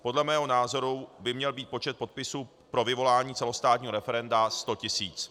Podle mého názoru by měl být počet podpisů pro vyvolání celostátního referenda sto tisíc.